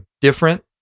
different